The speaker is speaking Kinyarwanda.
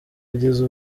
kugeza